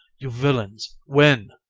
you villains! when?